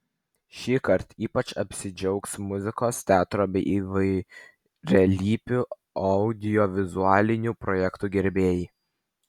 šįkart ypač apsidžiaugs muzikos teatro bei įvairialypių audiovizualinių projektų gerbėjai